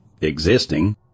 existing